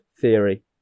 theory